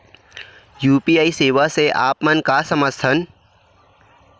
UPI सेवा से आप मन का समझ थान?